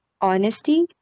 honesty